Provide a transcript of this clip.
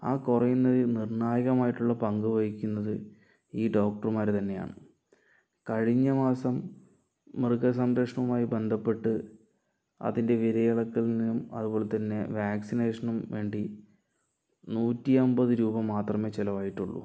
ആ കുറയുന്നതിൽ നിർണ്ണായകമായിട്ടുള്ള പങ്കുവഹിക്കുന്നത് ഈ ഡോക്ടർമാർ തന്നെയാണ് കഴിഞ്ഞമാസം മൃഗ സംരക്ഷണവുമായി ബന്ധപ്പെട്ട് അതിൻ്റെ വിരയിളക്കലിൽ നിന്നും അതുപോലെത്തന്നെ വാക്സിനേഷനും വേണ്ടി നൂറ്റിയമ്പത് രൂപ മാത്രമേ ചിലവായിട്ടുള്ളു